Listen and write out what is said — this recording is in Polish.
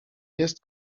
jest